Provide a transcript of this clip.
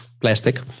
plastic